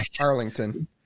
Arlington